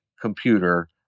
computer